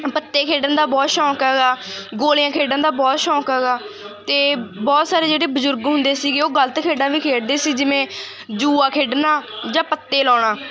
ਪੱਤੇ ਖੇਡਣ ਦਾ ਬਹੁਤ ਸ਼ੌਂਕ ਹੈਗਾ ਗੋਲੀਆਂ ਖੇਡਣ ਦਾ ਬਹੁਤ ਸ਼ੌਂਕ ਹੈਗਾ ਅਤੇ ਬਹੁਤ ਸਾਰੇ ਜਿਹੜੇ ਬਜ਼ੁਰਗ ਹੁੰਦੇ ਸੀਗੇ ਉਹ ਗਲਤ ਖੇਡਾਂ ਵੀ ਖੇਡਦੇ ਸੀ ਜਿਵੇਂ ਜੂਆ ਖੇਡਣਾ ਜਾਂ ਪੱਤੇ ਲਾਉਣਾ